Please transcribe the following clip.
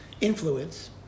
influence